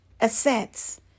Assets